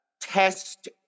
test